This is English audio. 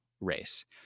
race